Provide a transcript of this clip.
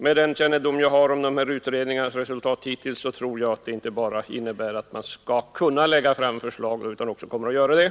Med den kännedom jag har om resultatet av de hittillsvarande utredningarna tror jag att det inte bara innebär att man skall kunna lägga fram förslag, utan att man också kommer att göra det.